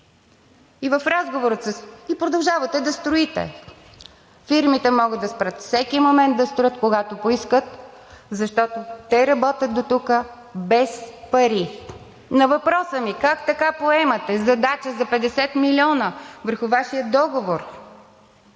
никакви пари, и продължавате да строите. Фирмите могат да спрат всеки момент да строят, когато поискат, защото те работят дотук без пари. На въпроса ми: как така поемате задача за 50 милиона върху Вашия договор?